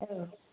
औ